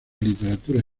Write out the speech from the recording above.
literatura